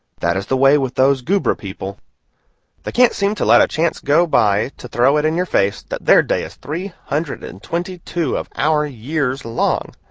that is the way with those goobra people they can't seem to let a chance go by to throw it in your face that their day is three hundred and twenty-two of our years long.